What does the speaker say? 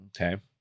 Okay